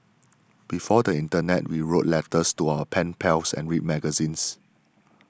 before the internet we wrote letters to our pen pals and read magazines